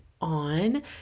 on